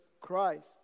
Christ